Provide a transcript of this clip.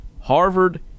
harvard